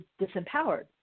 disempowered